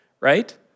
right